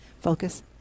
Focus